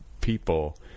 people